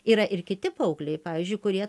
yra ir kiti paaugliai pavyzdžiui kurie